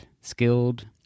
skilled